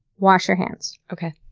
wash your hands okay,